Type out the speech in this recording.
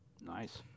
Nice